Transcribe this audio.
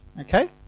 okay